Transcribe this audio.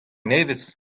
nevez